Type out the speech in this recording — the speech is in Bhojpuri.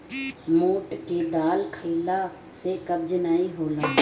मोठ के दाल खईला से कब्ज नाइ होला